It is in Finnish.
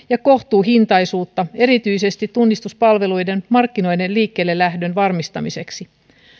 ja kohtuuhintaisuutta erityisesti tunnistuspalveluiden markkinoiden liikkeellelähdön varmistamiseksi